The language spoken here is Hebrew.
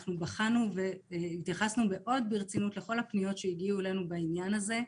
בחנו והתייחסנו מאוד ברצינות לכל הפניות שהגיעו אלינו בעניין הזה.